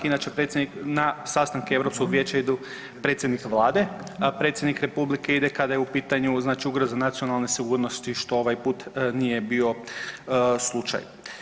Inače predsjednik, na sastanke Europskog Vijeća idu predsjednik vlade, a predsjednik republike ide kada je u pitanju znači ugroza nacionalne sigurnosti, što ovaj put nije bio slučaj.